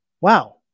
wow